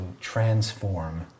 transform